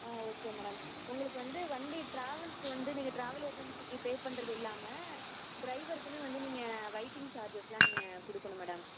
ஆ okay madam உங்களுக்கு வந்து வண்டி ட்ராவல்க்கு வந்து நீங்கள் ட்ராவல் ஏஜென்ஸிக்கு பே பண்ணுறது இல்லாமல் ட்ரைவருக்குன்னு வந்து நீங்கள் வைட்டிங் சார்ஜஸ்லாம் நீங்கள் கொடுக்கணும் மேடம்